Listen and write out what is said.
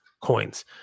coins